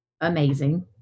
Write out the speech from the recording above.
amazing